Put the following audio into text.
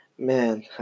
Man